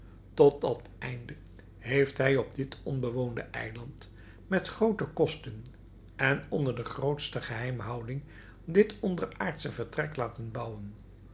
dat einde heeft hij op dit onbewoonde eiland met groote kosten en onder de grootste geheimhouding dit onderaardsche vertrek laten bouwen